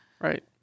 right